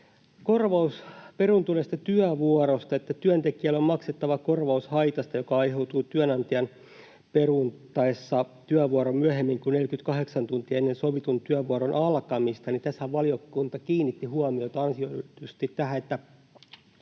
korvaus peruuntuneesta työvuorosta, että työntekijälle on maksettava korvaus haitasta, joka aiheutuu työnantajan peruuttaessa työvuoron myöhemmin kuin 48 tuntia ennen sovitun työvuoron alkamista: tässähän valiokunta kiinnitti huomiota ansioituneesti, että